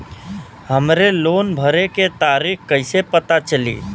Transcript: हमरे लोन भरे के तारीख कईसे पता चली?